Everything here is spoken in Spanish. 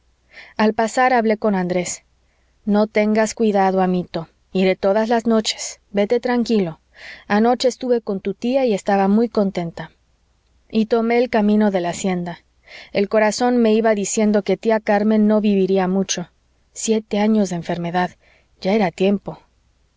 al pasar hablé con andrés no tengas cuidado amito iré todas las noches vete tranquilo anoche estuve con tu tía y estaba muy contenta y tomé el camino de la hacienda el corazón me iba diciendo que tía carmen no viviría mucho siete años de enfermedad ya era tiempo